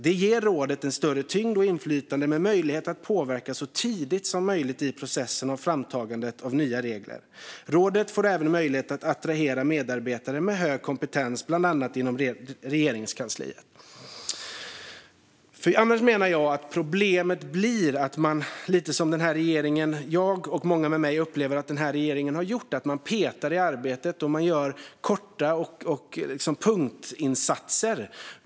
Det ger rådet en större tyngd och inflytande med möjlighet att påverka så tidigt som möjligt i processen med framtagandet av nya regler. Rådet får även möjlighet att attrahera medarbetare med hög kompetens, bland annat i Regeringskansliet. Annars menar jag att problemet blir att man, som jag och många med mig upplever att regeringen har gjort, petar i arbetet och gör korta punktinsatser.